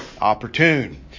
opportune